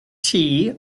tea